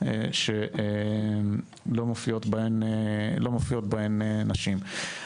שלא מופיעות בהן נשים.